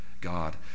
God